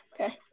okay